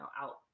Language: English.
out